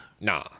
Nah